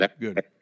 good